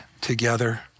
together